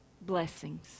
blessings